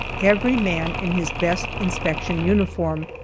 every man in his best inspection uniform,